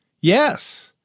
Yes